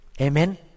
Amen